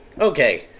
Okay